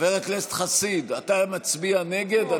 חבר הכנסת חסיד, אתה מצביע נגד?